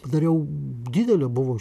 padariau didelė buvo